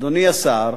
אדוני השר,